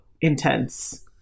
intense